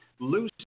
Loose